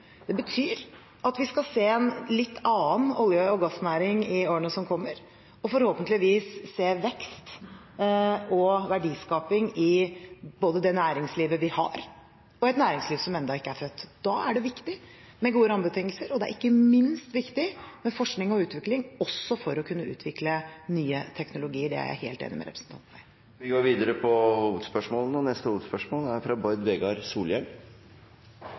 Det betyr at vi skal se en litt annen olje- og gassnæring i årene som kommer, og forhåpentligvis se vekst og verdiskaping i både det næringslivet vi har, og et næringsliv som ennå ikke er født. Da er det viktig med gode rammebetingelser, og det er ikke minst viktig med forskning og utvikling, også for å kunne utvikle nye teknologier. Det er jeg helt enig med representanten i. Vi går videre til neste hovedspørsmål.